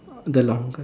the longest